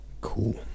Cool